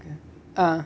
ah